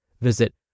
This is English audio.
Visit